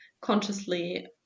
consciously